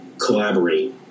collaborate